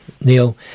Neil